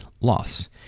loss